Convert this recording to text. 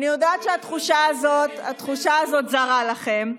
אני יודעת שהתחושה הזאת זרה לכם,